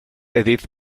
edith